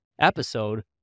episode